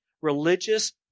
religious